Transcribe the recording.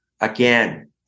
again